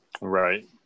Right